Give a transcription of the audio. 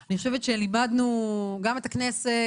אני חושבת שלימדנו גם את הכנסת,